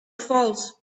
falls